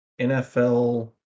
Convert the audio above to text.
NFL